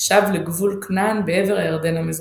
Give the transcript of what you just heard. שב לגבול כנען בעבר הירדן המזרחי.